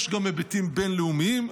יש גם היבטים בין-לאומיים,